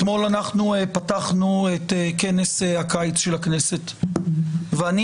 אתמול פתחנו את כנס הקיץ של הכנסת ואני